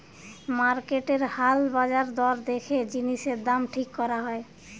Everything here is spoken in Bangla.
মার্কেটের হাল বাজার দর দেখে জিনিসের দাম ঠিক করা হয়